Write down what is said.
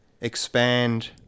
expand